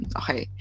okay